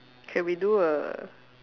K we do a